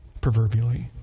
proverbially